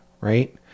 Right